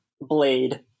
Blade